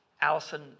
Allison